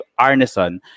Arneson